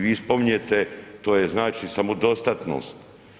Vi spominjete, to je znači samodostatnost.